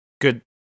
good